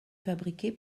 fabriqué